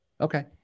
Okay